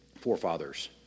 forefathers